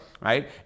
right